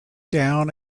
down